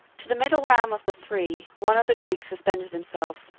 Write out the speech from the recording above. to the middle ram of the three one of the greeks suspended himself,